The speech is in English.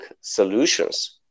solutions